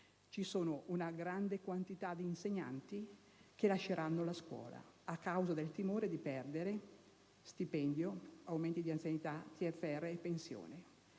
C'è una gran quantità di insegnanti che lascerà la scuola a causa del timore di perdere stipendio, aumenti di anzianità, TFR e pensioni.